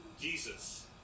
Jesus